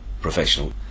professional